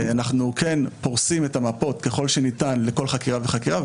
אנחנו כן פורסים את המפות ככל שניתן לכל חקירה וחקירה.